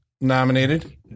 nominated